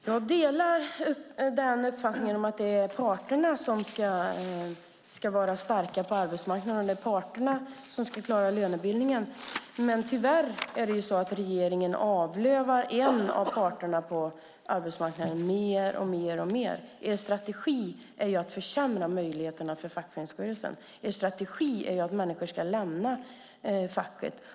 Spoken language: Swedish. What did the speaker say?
Herr talman! Jag delar uppfattningen att det är parterna som ska vara starka på arbetsmarknaden. Det är också parterna som ska klara lönebildningen. Men tyvärr avlövar regeringen en av parterna på arbetsmarknaden mer och mer. Er strategi är att försämra möjligheterna för fackföreningsrörelsen. Er strategi är att människor ska lämna facket.